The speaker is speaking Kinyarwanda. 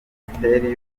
minisiteri